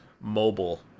mobile